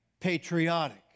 patriotic